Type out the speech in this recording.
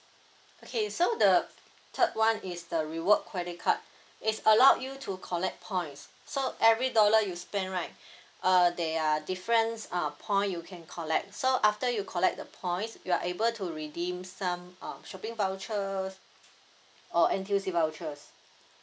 okay so the third one is the reward credit card it's allowed you to collect points so every dollar you spend right uh they are difference uh point you can collect so after you collect the points you are able to redeem some um shopping vouchers or N_T_U_C vouchers